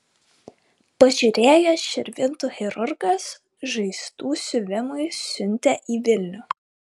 pažiūrėjęs širvintų chirurgas žaizdų siuvimui siuntė į vilnių